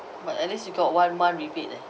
but at least you got one month rebate leh